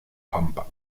pampa